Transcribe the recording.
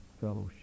fellowship